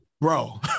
Bro